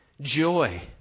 joy